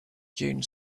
dune